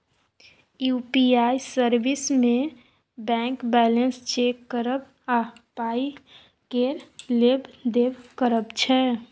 UPI service मे bank balance check करब आ पाइ केर लेब देब करब छै